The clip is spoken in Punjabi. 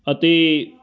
ਅਤੇ